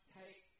take